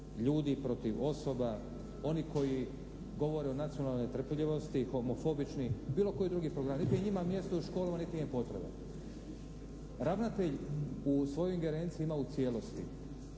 ljudi, protiv osoba, oni koji govore o nacionalnoj netrpeljivosti, homofobični, bilo koji drugi programi. Nit je njima mjesto u školama, nit im je potreba. Ravnatelj u svojoj ingerenciji ima u cijelosti